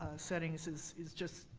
settings, is is just,